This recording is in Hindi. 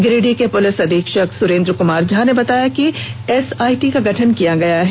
गिरिडीह के पुलिस अधीक्षक सुरेन्द्र कुमार झा ने बताया कि एसआईटी का गठन किया गया है